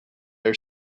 are